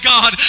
God